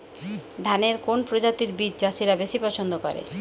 ধানের কোন প্রজাতির বীজ চাষীরা বেশি পচ্ছন্দ করে?